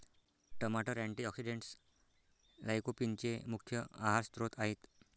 टमाटर अँटीऑक्सिडेंट्स लाइकोपीनचे मुख्य आहार स्त्रोत आहेत